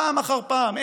פעם אחר פעם,